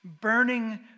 burning